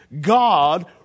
God